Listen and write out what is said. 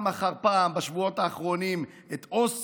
אחר פעם בשבועות האחרונים את עוז ציון,